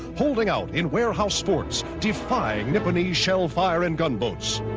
holding out in warehouse forts, defying nipponese shellfire and gunboats.